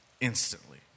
instantly